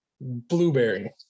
Blueberry